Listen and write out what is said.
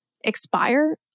expire